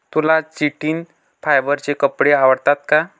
तुला चिटिन फायबरचे कपडे आवडतात का?